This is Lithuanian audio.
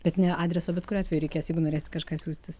bet ne adreso bet kuriuo atveju reikės jeigu norėsi kažką siųstis